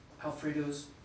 Alfredo's